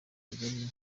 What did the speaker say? kagame